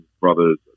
brother's